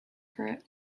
for